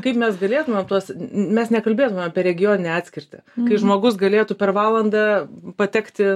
kaip mes galėtumėme tuos mes nekalbėtumėme apie regioninę atskirtį kai žmogus galėtų per valandą patekti